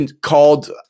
called